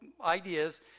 ideas